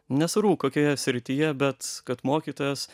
nesvarbu kokioje srityje bet kad mokytojas